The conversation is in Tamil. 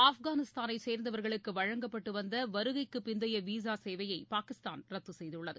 ஆப்கானிஸ்தானை சேர்ந்தவர்களுக்கு வழங்கப்பட்டு வந்த வருகைக்கு பிந்தைய விசா சேவையை பாகிஸ்தான் ரத்து செய்துள்ளது